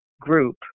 group